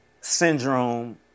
syndrome